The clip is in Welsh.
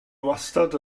wastad